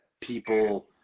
people